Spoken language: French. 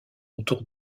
autour